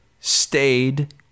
stayed